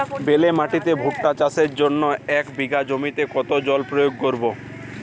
বেলে মাটিতে ভুট্টা চাষের জন্য এক বিঘা জমিতে কতো জল প্রয়োগ করব?